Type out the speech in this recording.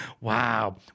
Wow